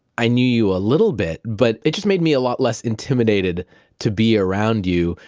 i knew you a little bit, but it just made me a lot less intimidated to be around you,